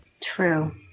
True